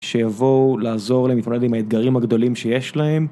שיבואו לעזור להתמודד עם האתגרים הגדולים שיש להם.